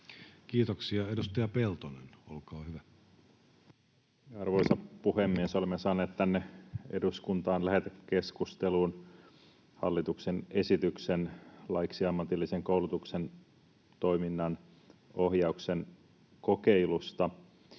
laeiksi Time: 20:21 Content: Arvoisa puhemies! Olemme saaneet tänne eduskuntaan lähetekeskusteluun hallituksen esityksen laiksi ammatillisen koulutuksen toiminnanohjauksen kokeilusta.